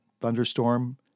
thunderstorm